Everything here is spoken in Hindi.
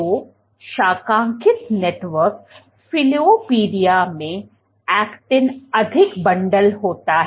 तो शाखांकित नेटवर्क फ़िलाओपोडिया में एक्टिन अधिक बंडल होता है